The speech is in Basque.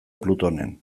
plutonen